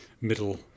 middle